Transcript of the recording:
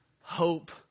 hope